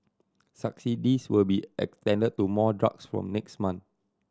subsidies will be extended to more drugs from next month